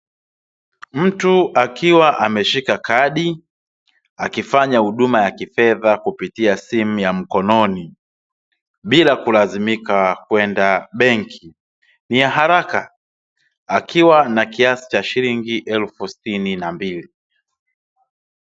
Mtu akiwa ameshika kadi, akifanya huduma ya kifedha kupitia simu ya mkononi bila kulazimika kwenda benki. Ni ya haraka akiwa na kiasi cha shilingi elfu sitini na mbili.